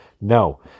No